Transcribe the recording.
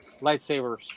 lightsabers